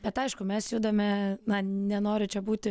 bet aišku mes judame na nenoriu čia būti